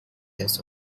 does